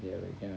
ya